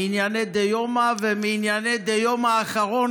מענייני דיומא ומענייני דיומא האחרון